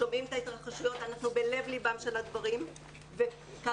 שומעים את ההתרחשויות, אנחנו בלב לבם של הדברים.